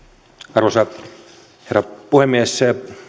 arvoisa herra puhemies